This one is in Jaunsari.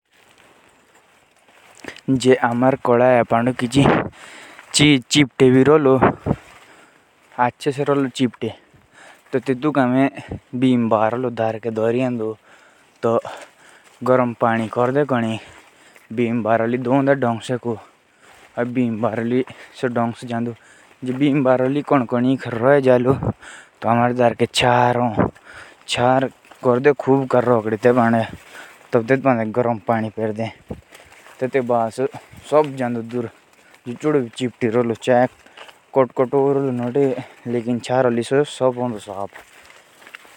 अगर हमारी कढ़ाई में कूछ लगा हुआ हो। तो हम उसे बेम्बर से ढंग से धो देंगे। और अगर बेम से नहीं गया वो तो फिर हमारे घर चार होता है उससे वो साफ हो जाएगा।